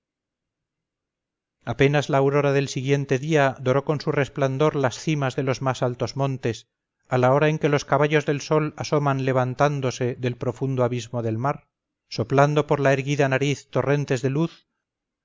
apenas la aurora del siguiente día doró con su resplandor las cimas de los más altos montes a la hora en que los caballos del sol asoman levantándose del profundo abismo del mar soplando por la erguida nariz torrentes de luz